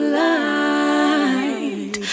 light